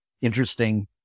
Interesting